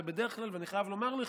ואני חייב לומר לך,